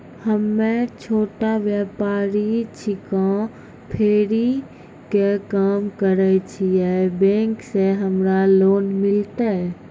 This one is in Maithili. हम्मे छोटा व्यपारी छिकौं, फेरी के काम करे छियै, बैंक से हमरा लोन मिलतै?